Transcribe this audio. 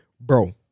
Bro